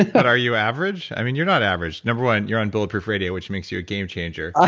but are you average? you're not average. number one, you're on bulletproof radio, which makes you a game changer. ah